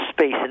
space